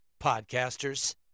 podcasters